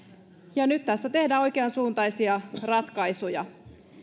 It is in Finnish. nyt tässä tehdään oikeansuuntaisia ratkaisuja